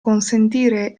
consentire